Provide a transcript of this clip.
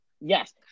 Yes